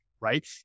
right